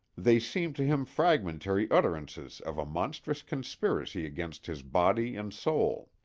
they seemed to him fragmentary utterances of a monstrous conspiracy against his body and soul.